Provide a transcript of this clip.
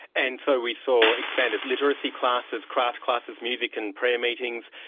and so we saw expanded literacy classes, craft classes, music and prayer meetings.